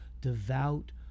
devout